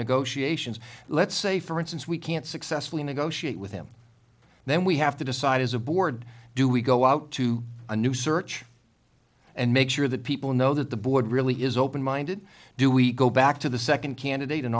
negotiations let's say for instance we can't successfully negotiate with him then we have to decide as a board do we go out to a new search and make sure that people know that the board really is open minded do we go back to the second candidate and